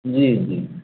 जी जी